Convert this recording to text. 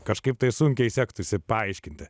kažkaip tai sunkiai sektųsi paaiškinti